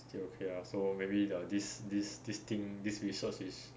still okay lah so maybe the this this this thing this resource is